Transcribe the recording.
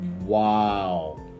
wow